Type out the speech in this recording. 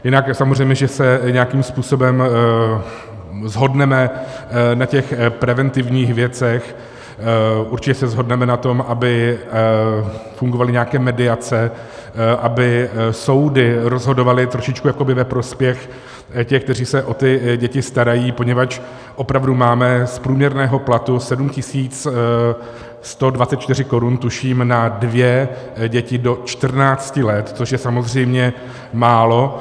Jinak je samozřejmé, že se nějakým způsobem shodneme na těch preventivních věcech, určitě se shodneme na tom, aby fungovaly nějaké mediace, aby soudy rozhodovaly trošičku jakoby ve prospěch těch, kteří se o ty děti starají, poněvadž opravdu máme, z průměrného platu 7 124 korun, tuším, na dvě děti do 14 let, což je samozřejmě málo.